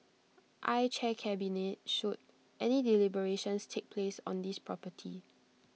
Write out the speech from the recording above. I chair cabinet should any deliberations take place on this property